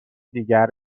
دیگر